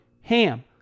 HAM